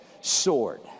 sword